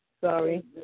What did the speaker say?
Sorry